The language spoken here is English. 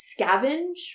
scavenge